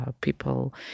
people